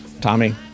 tommy